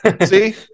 See